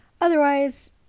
Otherwise